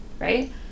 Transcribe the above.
right